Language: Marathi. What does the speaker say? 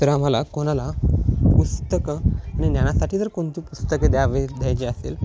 तर आम्हाला कोणाला पुस्तकं आणि ज्ञानासाठी जर कोणती पुस्तके द्यावे द्यायचे असेल